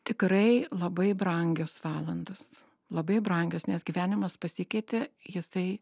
tikrai labai brangios valandos labai brangios nes gyvenimas pasikeitė jisai